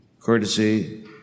Courtesy